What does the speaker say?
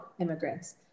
immigrants